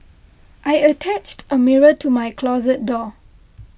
I attached a mirror to my closet door